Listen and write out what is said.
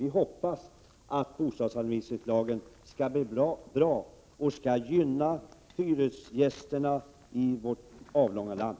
Vi hoppas att bostadsanvisningslagen skall bli bra och gynna hyresgästerna i vårt avlånga land.